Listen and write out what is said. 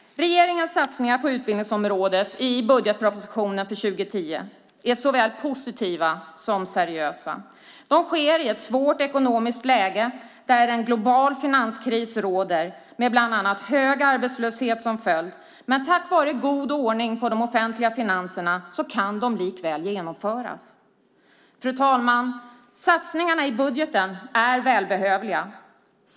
Regeringens satsningar på utbildningsområdet i budgetpropositionen för 2010 är såväl positiva som seriösa. De sker i ett svårt ekonomiskt läge där en global finanskris råder med bland annat hög arbetslöshet som följd, men tack vare god ordning på de offentliga finanserna kan de likväl genomföras. Fru talman! Satsningarna i budgeten är välbehövliga.